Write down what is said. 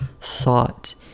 thought